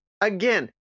Again